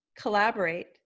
Collaborate